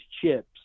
chips